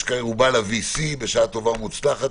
הוא בא ל-VC בשעה טובה ומוצלחת,